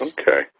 Okay